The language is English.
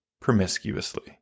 promiscuously